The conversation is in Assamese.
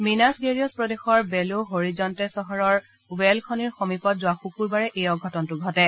মিনাছ গেৰিয়ছ প্ৰদেশৰ বেলো হৰিজণ্টে চহৰৰ ৱেল খনিৰ সমীপত যোৱা শুকুৰবাৰে এই অঘটনটো ঘটে